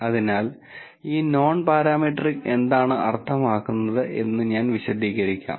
അതിനാൽ ഈ നോൺപാരാമെട്രിക് എന്താണ് അർത്ഥമാക്കുന്നത് എന്ന് ഞാൻ വിശദീകരിക്കാം